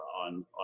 on